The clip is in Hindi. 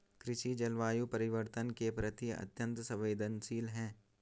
कृषि जलवायु परिवर्तन के प्रति अत्यंत संवेदनशील है